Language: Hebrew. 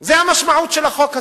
זאת המשמעות של החוק הזה.